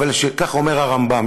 כך אומר הרמב"ם,